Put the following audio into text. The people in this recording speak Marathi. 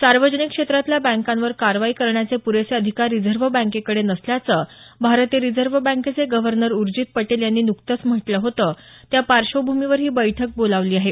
सार्वजनिक क्षेत्रातल्या बँकावर कारवाई करण्याचे प्रेसे अधिकार रिझर्व्ह बँकेकडे नसल्याचं भारतीय रिझर्व्ह बँकेचे गव्हर्नर उर्जित पटेल यांनी नुकतंच म्हटलं होतं त्या पार्श्वभूमीवर ही बैठक बोलावली आहे